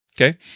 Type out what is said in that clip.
okay